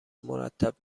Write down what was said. مرتب